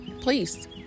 Please